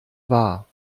wahr